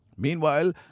Meanwhile